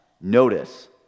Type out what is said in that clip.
notice